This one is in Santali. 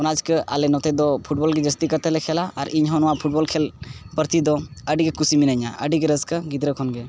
ᱚᱱᱟ ᱪᱮᱠᱟ ᱟᱞᱮ ᱱᱚᱛᱮ ᱫᱚ ᱜᱮ ᱡᱟᱹᱥᱛᱤᱠᱟᱭ ᱛᱮᱞᱮ ᱠᱷᱮᱹᱞᱟ ᱟᱨ ᱤᱧᱦᱚᱸ ᱱᱚᱣᱟ ᱠᱷᱮᱹᱞ ᱯᱨᱚᱛᱤ ᱫᱚ ᱟᱹᱰᱤᱜᱮ ᱠᱩᱥᱤ ᱢᱤᱱᱟᱹᱧᱟ ᱟᱹᱰᱤᱜᱮ ᱨᱟᱹᱥᱠᱟᱹ ᱜᱤᱫᱽᱨᱟᱹ ᱠᱷᱚᱱ ᱜᱮ